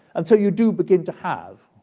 and so you do begin to have,